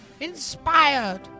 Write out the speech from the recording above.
inspired